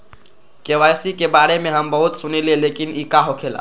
KYC के बारे में हम बहुत सुनीले लेकिन इ का होखेला?